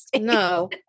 no